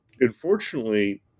unfortunately